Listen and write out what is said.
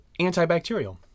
antibacterial